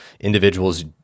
individuals